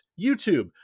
YouTube